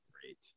great